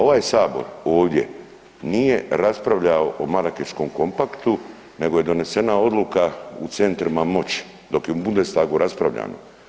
Ovaj sabor ovdje nije raspravljao o Marakeškom kompaktu nego je donesena odluka u centrima moći, dok je Bundestagu raspravljano.